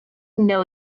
know